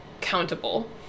countable